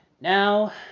Now